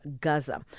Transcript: Gaza